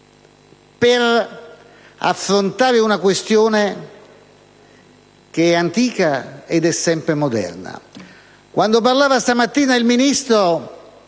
per affrontare una questione che è antica ed è moderna. Quando parlava stamattina il Ministro